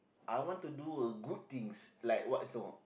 I want to do a good things like what's